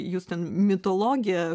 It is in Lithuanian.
jūs ten mitologiją